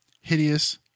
Hideous